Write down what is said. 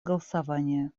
голосования